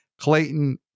Clayton